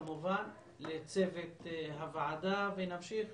כמובן לצוות הוועדה ונמשיך